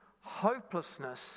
hopelessness